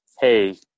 hey